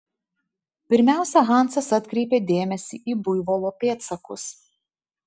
pirmiausia hansas atkreipė dėmesį į buivolo pėdsakus